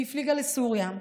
היא הפליגה לסוריה,